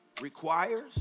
requires